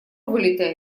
вылетай